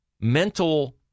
mental